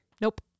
Nope